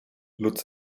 lutz